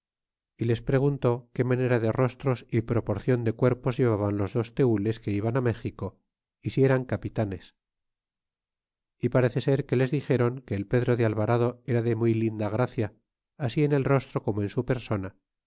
y les preguntó qué manera de rostros y proporcion de cuerpos llevaban los dos tenles que iban méxico y si eran capitanes y parece ser que les dixéron que el pedro de alvarado era de muy linda gracia así en el rostro como en su persona